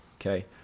Okay